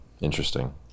interesting